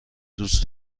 دوست